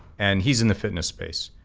and he's in the fitness space,